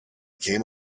came